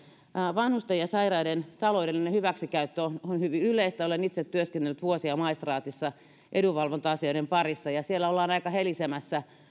vanhusten ja sairaiden taloudellinen hyväksikäyttö on on hyvin yleistä ja olen itse työskennellyt vuosia maistraatissa edunvalvonta asioiden parissa ja siellä ollaan aika helisemässä